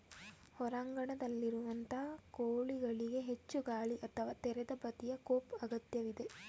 ಹೊರಾಂಗಣದಲ್ಲಿರುವಂತಹ ಕೋಳಿಗಳಿಗೆ ಹೆಚ್ಚು ಗಾಳಿ ಅಥವಾ ತೆರೆದ ಬದಿಯ ಕೋಪ್ ಅಗತ್ಯವಿದೆ